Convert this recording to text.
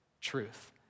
truth